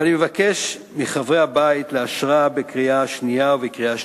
ואני מבקש מחברי הבית לאשרה בקריאה שנייה ובקריאה שלישית.